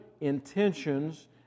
intentions